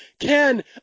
Ken